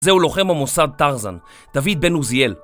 זהו לוחם המוסד טרזן, דוד בן עוזיאל.